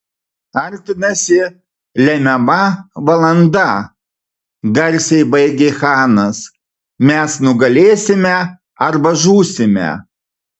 artinasi lemiama valanda garsiai baigė chanas mes nugalėsime arba žūsime